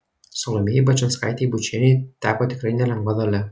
salomėjai bačinskaitei bučienei teko tikrai nelengva dalia